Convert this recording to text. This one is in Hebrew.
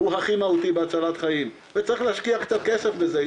הוא הכי מהותי בהצלת חיים וצריך להשקיע קצת כסף בזה,